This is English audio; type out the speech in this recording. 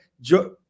Joe